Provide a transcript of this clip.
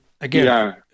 again